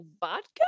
vodka